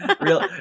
Real